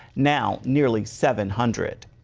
now nearly seven hundred.